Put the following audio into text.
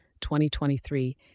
2023